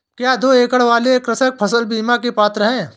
क्या दो एकड़ वाले कृषक फसल बीमा के पात्र हैं?